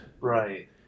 Right